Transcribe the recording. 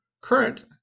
current